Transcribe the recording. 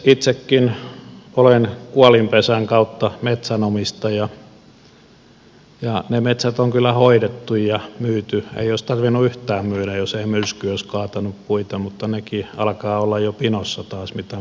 itsekin olen kuolinpesän kautta metsänomistaja ja ne metsät on kyllä hoidettu ja myyty ei olisi tarvinnut yhtään myydä jos ei myrsky olisi kaatanut puita mutta nekin alkavat olla jo pinossa taas mitä myrsky kaatoi